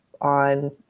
on